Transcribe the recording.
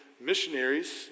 missionaries